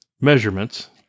measurements